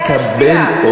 תקבל את זה.